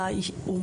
(רע"מ,